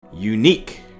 Unique